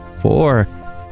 four